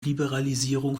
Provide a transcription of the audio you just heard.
liberalisierung